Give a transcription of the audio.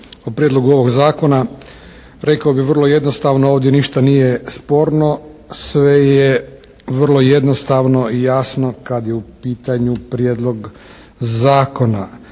o prijedlogu ovog zakona. Rekao bih vrlo jednostavno, ovdje ništa nije sporno, sve je vrlo jednostavno i jasno kada je u pitanju prijedlog zakona.